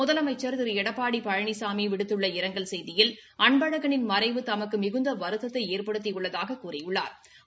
முதலமைச்சர் திரு எடப்பாடி பழனிசாமி விடுத்துள்ள இரங்கல் செய்தியில் அன்பழகனின் மறைவு தமக்கு மிகுந்த வருத்ததை ஏற்படுத்தி உள்ளதாகக் கூறியுள்ளாா்